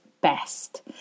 best